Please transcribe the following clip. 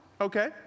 okay